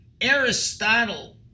Aristotle